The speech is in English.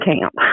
camp